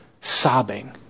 sobbing